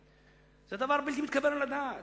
זה דבר בלתי מתקבל על הדעת.